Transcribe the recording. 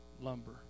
lumber